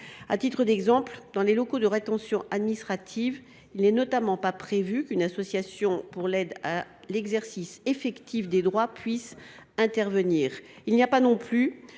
À titre d’exemple, dans les locaux de rétention administrative, il n’est notamment pas prévu qu’une association pour l’aide à l’exercice effectif des droits puisse intervenir.